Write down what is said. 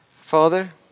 Father